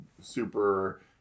super